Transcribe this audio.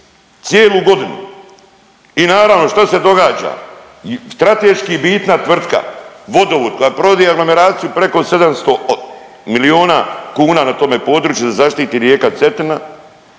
cijelu godinu i naravno šta se događa? Strateški bitna tvrtka, vodovod koja provodi aglomeraciju preko 700 milijuna kuna na tome području da se zaštiti rijeka Cetina